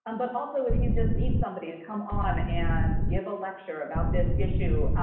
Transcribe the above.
um but also if you just need somebody to come on and give a lecture about this issue,